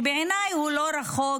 שבעיניי הוא לא רחוק,